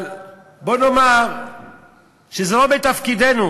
אבל בוא נאמר שזה לא מתפקידנו.